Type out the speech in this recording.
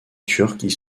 turques